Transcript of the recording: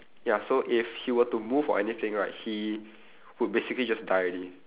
ya so if he were to move or anything right he will basically just die already